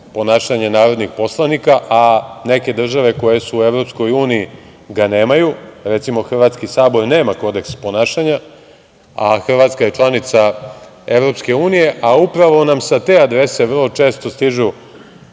ponašanja narodnih poslanika, a neke države koje su u EU ga nemaju. Recimo, Hrvatski sabor nema Kodeks ponašanja, a Hrvatska je članica EU, a upravo nam sa te adrese vrlo često stižu